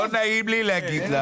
לא נעים לי להגיד לך,